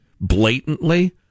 blatantly